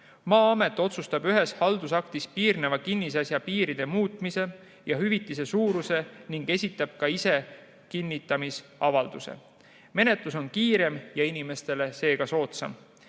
Maa-amet otsustab ühes haldusaktis piirneva kinnisasja piiride muutmise ja hüvitise suuruse ning esitab ka ise kinnitamisavalduse. Menetlus on kiirem ja inimestele seega soodsam.